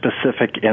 specific